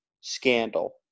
scandal